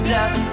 Death